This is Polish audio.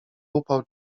upał